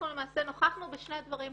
נוכחנו בשני דברים.